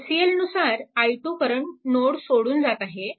KCL नुसार i2 current node सोडून जात आहे